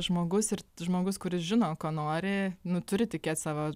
žmogus ir žmogus kuris žino ko nori nu turi tikėt savo